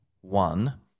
one